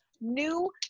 new